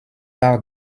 par